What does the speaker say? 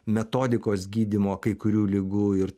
metodikos gydymo kai kurių ligų ir